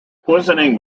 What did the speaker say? poisoning